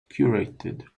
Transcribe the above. curated